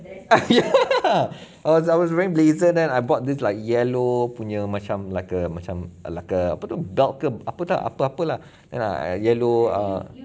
ah ya I was I was wearing blazer then I bought this like yellow punya macam like a macam like a apa tu belt ke apa dah apa-apa lah and then I yellow err